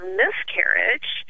miscarriage